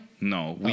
No